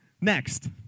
Next